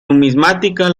numismática